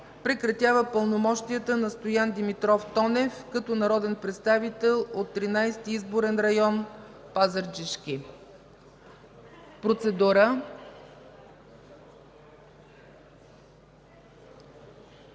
Прекратява пълномощията на Стоян Димитров Тонев като народен представител от Тринадесети изборен район – Пазарджишки.” Процедура.